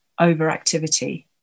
overactivity